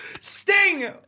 Sting